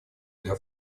для